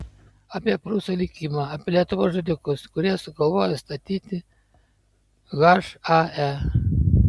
apie prūsų likimą apie lietuvos žudikus kurie sugalvojo statyti hae